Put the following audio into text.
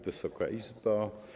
Wysoka Izbo!